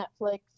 Netflix